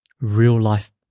real-life